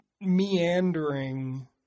meandering